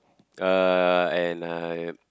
uh and uh